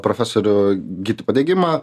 profesorių gytį padegimą